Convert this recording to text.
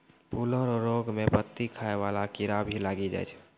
फूलो रो रोग मे पत्ती खाय वाला कीड़ा भी लागी जाय छै